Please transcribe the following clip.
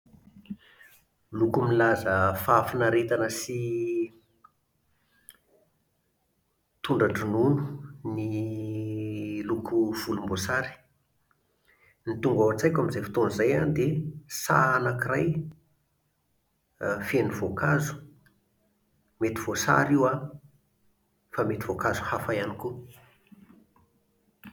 Loko milaza fahafinaretana sy tondra-dronono ny loko volomboasary. Ny tonga ao an-tsaiko amin'izay fotoana izay an, dia saha anankiray feno voankazo. Mety voasary io an, fa mety voankazo hafa ihany koa.